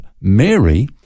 Mary